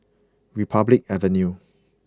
Republic Avenue